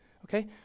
Okay